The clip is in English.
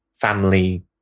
family